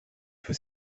feu